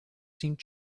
seemed